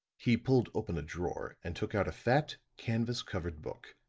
he pulled open a drawer and took out a fat, canvas-covered book.